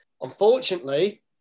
Unfortunately